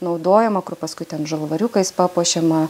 naudojama kur paskui ten žalvariukais papuošiama